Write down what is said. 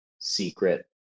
secret